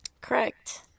correct